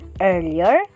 Earlier